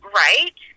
right